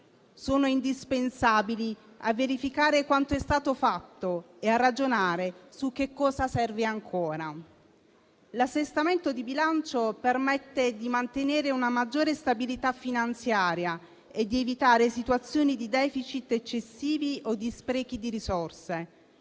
sono indispensabili a verificare quanto è stato fatto e a ragionare su che cosa serve ancora. L'assestamento di bilancio permette di mantenere una maggiore stabilità finanziaria e di evitare situazioni di *deficit* eccessivi o di sprechi di risorse.